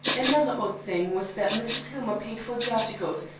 another odd thing was that mrs. hillmer paid for the articles,